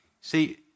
See